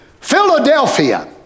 Philadelphia